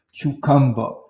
cucumber